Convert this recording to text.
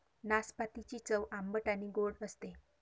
नाशपातीची चव आंबट आणि गोड असते